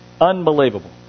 Unbelievable